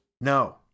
No